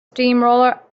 steamroller